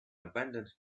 abandoned